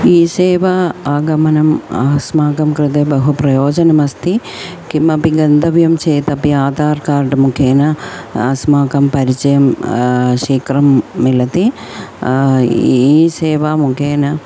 E सेवा आगमनम् अस्माकं कृते बहु प्रयोजनम् अस्ति किमपि गन्तव्यं चेदपि आदार् कार्ड् मुखेन अस्माकं परिचयं शीघ्रं मिलति ई सेवा मुखेन